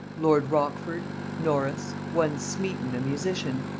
lord rochford, norris, one smeton a musician,